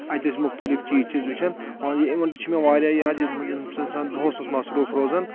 اَتہِ ٲسۍ مُختٔلِف چیٖز چھِ أسۍ وٕچھان وَن اِوینٹہٕ تہِ چھُ مےٚ واریاہ یاد دۄہس اوس مَصروف روزان